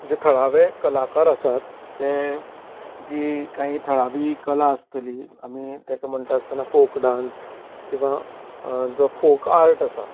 जे थळावे कलाकार आसात हे जी काही थळावीं कला आसतली आमी तेका म्हणटा आसतना फोक डान्स किंवां जो फोक आर्ट आसा